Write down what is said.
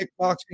kickboxing